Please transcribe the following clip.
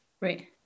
Right